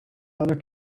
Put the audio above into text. other